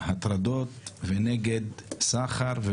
הטרדות ונגד סחר,